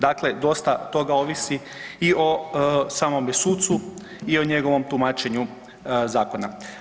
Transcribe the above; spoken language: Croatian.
Dakle, dosta toga ovisi i o samom sucu i o njegovom tumačenju zakona.